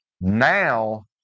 now